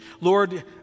Lord